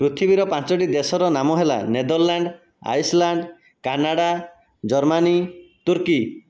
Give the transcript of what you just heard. ପୃଥିବୀର ପାଞ୍ଚଟି ଦେଶର ନାମ ହେଲା ନେଦରଲ୍ୟାଣ୍ଡ ଆଇସଲ୍ୟାଣ୍ଡ କାନାଡ଼ା ଜର୍ମାନୀ ତୁର୍କୀ